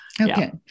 Okay